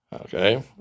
Okay